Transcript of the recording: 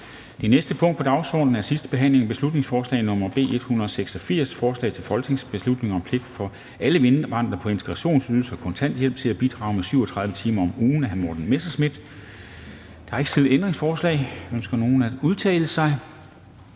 Det næste punkt på dagsordenen er: 12) 2. (sidste) behandling af beslutningsforslag nr. B 186: Forslag til folketingsbeslutning om pligt for alle indvandrere på integrationsydelse og kontanthjælp til at bidrage i 37 timer om ugen. Af Morten Messerschmidt (DF) m.fl. (Fremsættelse